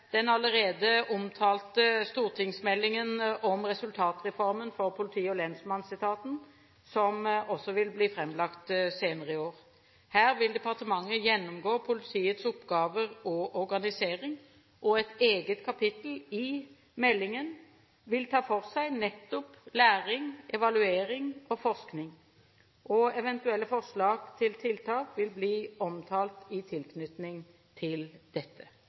den allerede omtalte stortingsmeldingen om resultatreformen for lensmannsetaten, som vil bli framlagt senere i år. Her vil departementet gjennomgå politiets oppgaver og organisering. Et eget kapittel i meldingen vil ta for seg nettopp læring, evaluering og forskning. Eventuelle forslag til tiltak vil bli omtalt i tilknytning til dette.